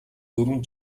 дөрвөн